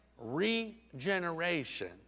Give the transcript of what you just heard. regeneration